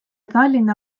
tallinna